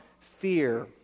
fear